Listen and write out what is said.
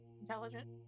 intelligent